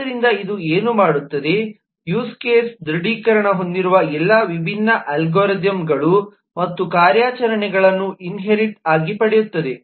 ಆದ್ದರಿಂದ ಇದು ಏನು ಮಾಡುತ್ತದೆ ಯೂಸ್ ಕೇಸ್ನ್ನು ದೃಢೀಕರಣ ಹೊಂದಿರುವ ಎಲ್ಲಾ ವಿಭಿನ್ನ ಅಲ್ಗಾರಿತಮ್ಗಳು ಮತ್ತು ಕಾರ್ಯಾಚರಣೆಗಳನ್ನು ಇನ್ಹೇರಿಟ್ ಆಗಿ ಪಡೆಯುತ್ತದೆ